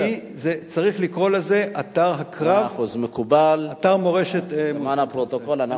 לסגור את האתר בגלל מחסור תקציבי או